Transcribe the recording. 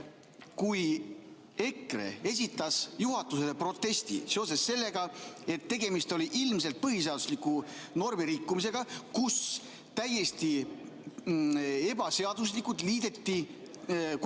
et EKRE esitas juhatusele protesti seoses sellega, et tegemist oli ilmselt põhiseadusliku normi rikkumisega, kui täiesti ebaseaduslikult liideti kokku